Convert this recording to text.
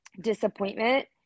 disappointment